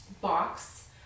box